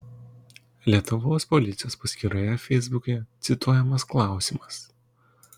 lietuvos policijos paskyroje feisbuke cituojamas klausimas